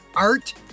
art